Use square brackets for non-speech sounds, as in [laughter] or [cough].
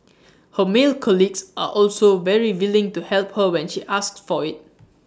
[noise] her male colleagues are also very willing to help her when she asks for IT [noise]